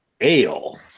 Ale